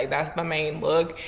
that's the main look.